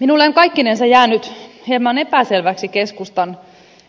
minulle on kaikkinensa jäänyt hieman epäselväksi